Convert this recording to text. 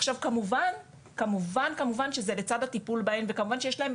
עכשיו כמובן שזה לצד הטיפול בהן וכמובן שיש להן,